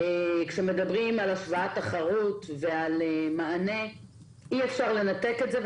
כשמדברים על השוואת תחרות ועל מענה אי-אפשר לנתק את זה.